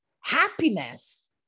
happiness